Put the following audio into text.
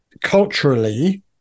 culturally